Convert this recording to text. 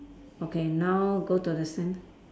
okay now go to the sand